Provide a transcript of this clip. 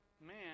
Man